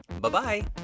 Bye-bye